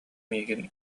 миигин